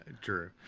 True